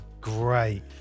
great